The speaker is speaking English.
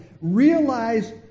Realize